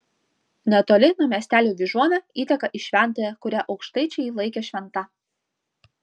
netoli nuo miestelio vyžuona įteka į šventąją kurią aukštaičiai laikė šventa